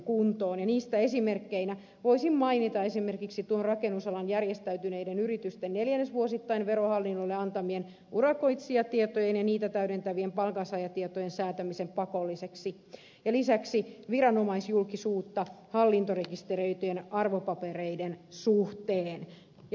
niistä esimerkkeinä voisin mainita esimerkiksi tuon rakennusalan järjestäytyneiden yritysten neljännesvuosittain verohallinnolle antamien urakoitsijatietojen ja niitä täydentävien palkansaajatietojen säätämisen pakolliseksi lisäksi viranomaisjulkisuutta hallintorekisteröityjen arvopapereiden suhteen